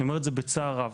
אני אומר את זה בצער רב.